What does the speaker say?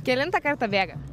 kelintą kartą bėgat